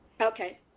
Okay